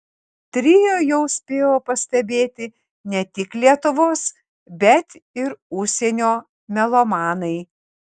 trio jau spėjo pastebėti ne tik lietuvos bet ir užsienio melomanai